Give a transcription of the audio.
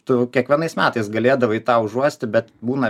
tu kiekvienais metais galėdavai tą užuosti bet būna